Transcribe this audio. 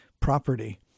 property